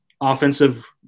offensive